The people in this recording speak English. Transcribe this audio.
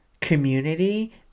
community